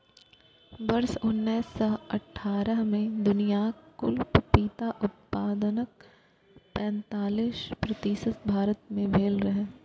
वर्ष उन्नैस सय अट्ठारह मे दुनियाक कुल पपीता उत्पादनक पैंतालीस प्रतिशत भारत मे भेल रहै